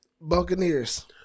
Buccaneers